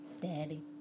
Daddy